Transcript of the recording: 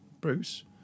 Bruce